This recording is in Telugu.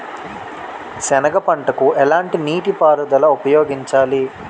సెనగ పంటకు ఎలాంటి నీటిపారుదల ఉపయోగించాలి?